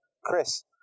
Chris